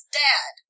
dad